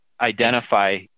identify